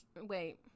wait